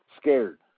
scared